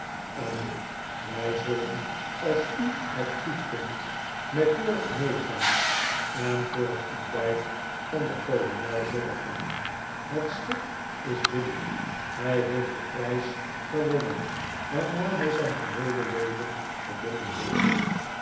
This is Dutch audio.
en wij zullen als u het goedvindt met george meegaan en voor het ontbijt van den kolonel zorgen het schip is binnen hij heeft den prijs gewonnen waarnaar hij zijn geheele leven gedongen heeft